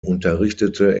unterrichtete